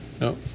No